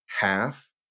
half